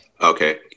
okay